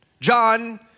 John